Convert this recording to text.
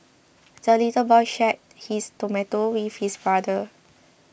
the little boy shared his tomato with his brother